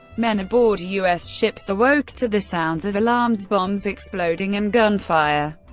men aboard u s. ships awoke to the sounds of alarms, bombs exploding, and gunfire,